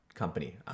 company